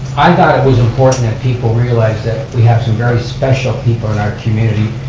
i thought it was important that people realize that we have some very special people in our community,